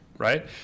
right